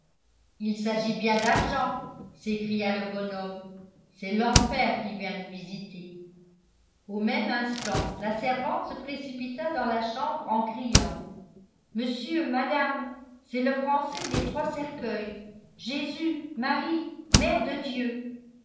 il s'agit bien d'argent s'écria le bonhomme c'est l'enfer qui vient nous visiter au même instant la servante se précipita dans la chambre en criant monsieur madame c'est le français des trois cercueils jésus marie mère de dieu